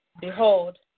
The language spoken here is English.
Behold